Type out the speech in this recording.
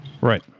Right